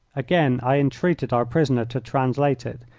again i entreated our prisoner to translate it,